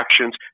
actions